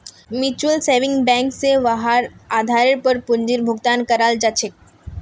mutual saving bank स वहार आधारेर पर पूंजीर भुगतान कराल जा छेक